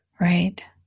Right